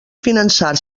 finançar